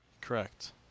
Correct